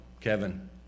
Kevin